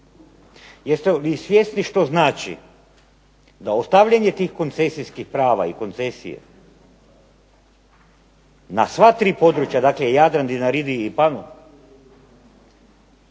Jeste li svjesni što znači da ostavljanje tih koncesijskih prava i koncesije na sva tri područja dakle Jadran, Dinaridi i Panon